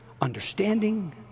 understanding